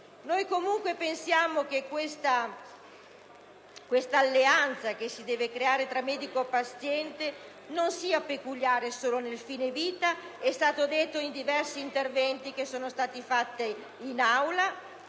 comunque che quest'alleanza che si deve creare tra medico e paziente non sia peculiare solo nel fine vita: è stato detto in diversi interventi svolti in Aula